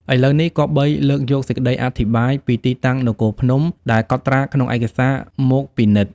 ឥឡូវនេះ គប្បីលើកយកសេចក្តីអធិប្បាយពីទីតាំងនគរភ្នំ ដែលកត់ត្រាក្នុង ឯកសារមកពិនិត្យ ។